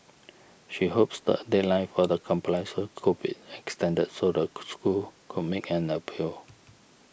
she hopes the deadline for the compliance could be extended so the school could make an appeal